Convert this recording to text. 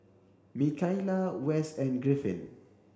Mikaila Wes and Griffin